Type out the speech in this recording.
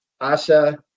Asa